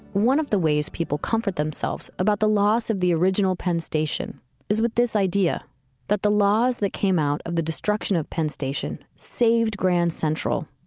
one of the ways people comfort themselves about the loss of the original penn station is with this idea that the laws that came out of the destruction of penn station saved grand central.